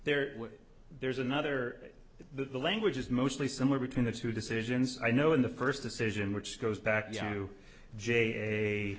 there there's another the language is mostly somewhere between the two decisions i know in the first decision which goes back